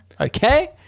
okay